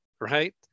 right